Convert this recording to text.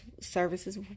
services